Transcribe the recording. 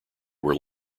were